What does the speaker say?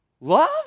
love